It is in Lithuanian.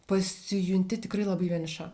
pasijunti tikrai labai vieniša